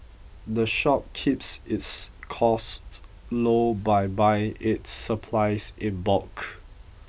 the shop keeps its costs low by buying its supplies in bulk